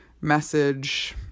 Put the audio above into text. message